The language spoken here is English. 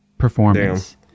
performance